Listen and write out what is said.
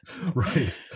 right